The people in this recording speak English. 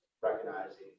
recognizing